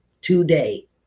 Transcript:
Today